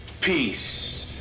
Peace